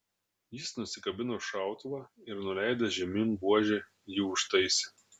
jis nusikabino šautuvą ir nuleidęs žemyn buožę jį užtaisė